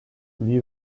lui